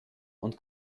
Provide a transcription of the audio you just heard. und